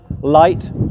light